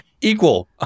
equal